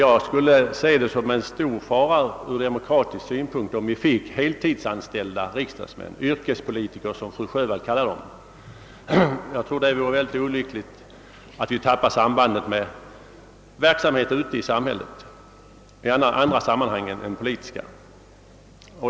Jag skulle se det som en stor fara ur demokratisk synpunkt, om vi finge heltidsanställda riksdagsmän, yrkespolitiker som fru Sjövall kallar dem. Jag tror att det vore olyckligt om vi tappade sambandet med verksamheten ute i samhället i andra sammanhang än de politiska.